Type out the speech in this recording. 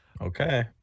okay